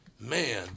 Man